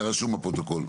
זה רשום בפרוטוקול.